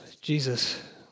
Jesus